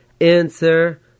answer